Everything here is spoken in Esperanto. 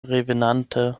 revenante